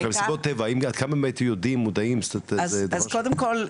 אז קודם כל,